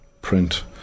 print